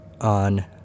on